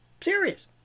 Serious